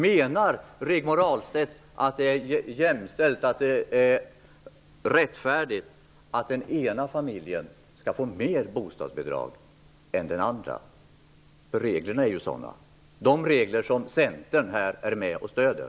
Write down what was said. Menar hon att det är jämställt och rättfärdigt att den ena familjen skall få mer bostadsbidrag än den andra? Reglerna är nämligen sådana - de regler som Centern är med och stöder.